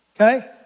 Okay